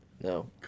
No